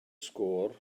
sgôr